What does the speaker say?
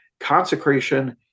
consecration